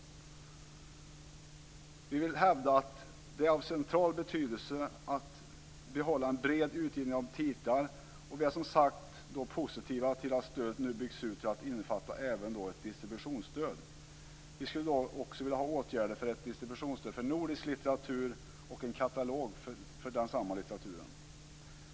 Vi hävdar att det är av central betydelse att behålla en bred utgivning av titlar och är positiva, som sagt, till att stödet nu byggs ut till att innefatta även ett distributionsstöd. Vi skulle dock även vilja ha åtgärder för ett distributionsstöd för nordisk litteratur samt en katalog för denna litteratur.